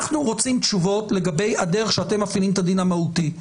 אנחנו רוצים תשובות לגבי הדרך שאתם מפעילים את הדין המהותי.